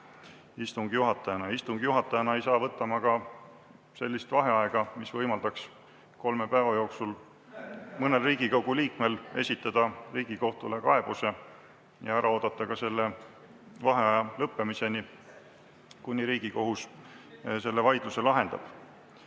Istungi juhatajana ei saa ma võtta ka sellist vaheaega, mis võimaldaks kolme päeva jooksul mõnel Riigikogu liikmel esitada Riigikohtule kaebus ja ära oodata selle vaheaja lõppemiseni, kuni Riigikohus selle vaidluse lahendab.